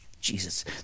Jesus